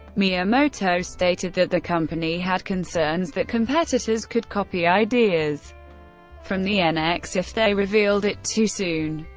miyamoto stated that the company had concerns that competitors could copy ideas from the and nx if they revealed it too soon.